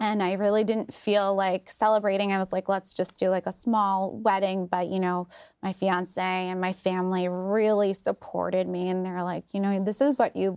and i really didn't feel like celebrating it was like let's just do like a small wedding but you know my fiance and my family really supported me in there like you know and this is what you